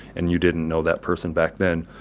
and you didn't know that person back then